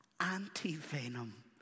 anti-venom